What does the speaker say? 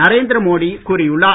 நரேந்திர மோடி கூறியுள்ளார்